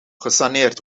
gesaneerd